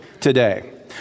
today